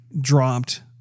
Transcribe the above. dropped